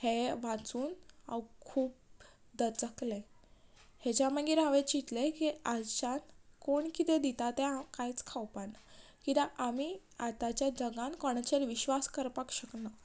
हें वाचून हांव खूब दचकलें हाज्या मागीर हांवें चिंतलें की आजच्यान कोण कितें दिता तें हांव कांयच खावपा ना कित्याक आमी आतांच्या जगान कोणाचेर विश्वास करपाक शकना